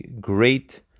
Great